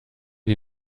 die